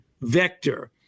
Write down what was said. vector